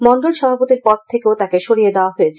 মন্ডল সভাপতির পদ থেকেও তাকে সরিয়ে দেওয়া হয়েছে